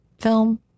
film